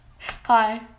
Hi